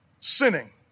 sinning